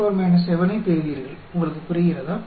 76x10 7 ஐப் பெறுவீர்கள் உங்களுக்கு புரிகிறதா